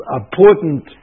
important